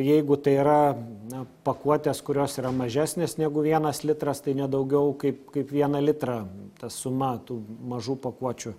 jeigu tai yra na pakuotės kurios yra mažesnės negu vienas litras tai ne daugiau kaip kaip vieną litrą ta suma tų mažų pakuočių